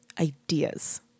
ideas